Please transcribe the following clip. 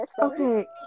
Okay